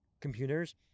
computers